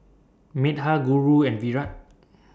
Medha Guru and Virat